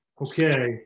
Okay